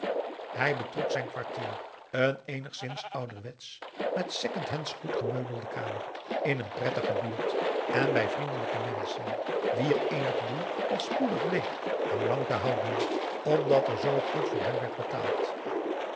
hij betrok zijn kwartier een eenigszins ouderwetsch met second hand's goed gemeubelde kamer in een prettige buurt en bij vriendelijke menschen wier eenig doel al spoedig bleek hem lang te houden omdat er zoo goed voor hem werd betaald